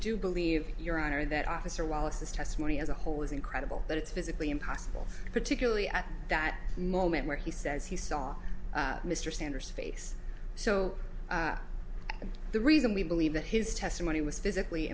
do believe your honor that officer wallace his testimony as a whole was incredible but it's physically impossible particularly at that moment where he says he saw mr sanders face so and the reason we believe that his testimony was physically